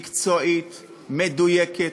מקצועית, מדויקת.